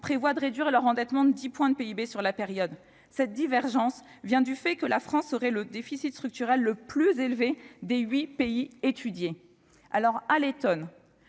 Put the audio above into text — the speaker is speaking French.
prévoient de réduire leur endettement de 10 points de PIB sur la même période. Cette divergence vient du fait que la France aurait le déficit structurel le plus élevé des huit pays étudiés. À l'automne,